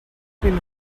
been